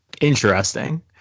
interesting